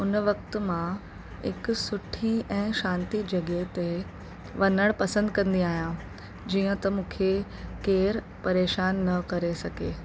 उन वक़्ति मां हिकु सुठी ऐं शांती जॻह ते वञणु पसंदि कंदी आहियां जीअं त मूंखे केरु परेशान न करे सघे